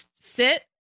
sit